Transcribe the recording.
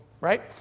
right